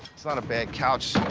it's not a bad couch.